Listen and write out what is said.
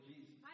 Jesus